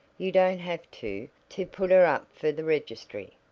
you don't have to to put her up for the registry,